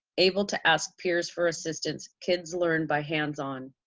able to ask peers for assistance, kids learn by hands on.